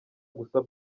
gusa